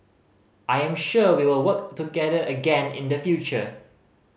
I am sure we will work together again in the future